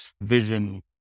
vision